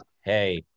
Hey